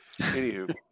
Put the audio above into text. Anywho